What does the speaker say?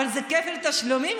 אבל זה כפל תשלומים,